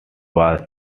was